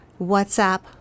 WhatsApp